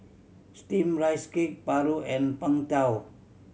Steamed Rice Cake paru and Png Tao